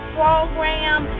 program